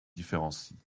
différencie